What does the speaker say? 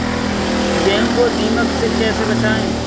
गेहूँ को दीमक से कैसे बचाएँ?